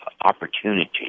opportunity